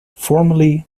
formerly